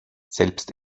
selbst